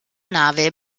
nave